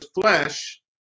flesh